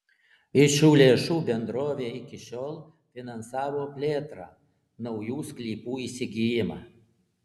iš šių lėšų bendrovė iki šiol finansavo plėtrą naujų sklypų įsigijimą